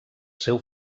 seu